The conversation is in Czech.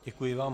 Děkuji vám.